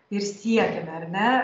ir siekiame ar ne